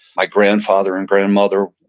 my grandfather and grandmother,